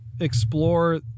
explore